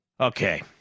Okay